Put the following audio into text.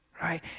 right